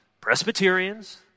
Presbyterians